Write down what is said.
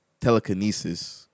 telekinesis